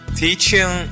teaching